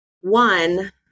One